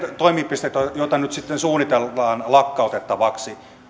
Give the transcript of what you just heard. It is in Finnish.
toimipisteistä joita nyt sitten suunnitellaan lakkautettavaksi